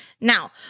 Now